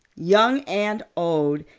young and old,